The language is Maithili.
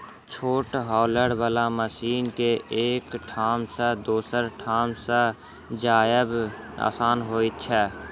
छोट हौलर बला मशीन के एक ठाम सॅ दोसर ठाम ल जायब आसान होइत छै